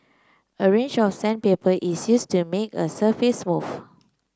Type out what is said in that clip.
a range of sandpaper is used to make a surface smooth